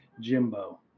Jimbo